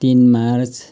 तिन मार्च